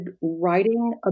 writing